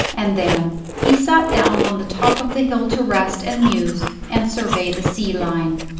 and then he sat down on the top of the hill to rest and muse and survey the sea-line.